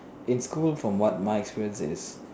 in school from what my experience is